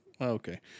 Okay